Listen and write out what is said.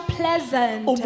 pleasant